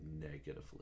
negatively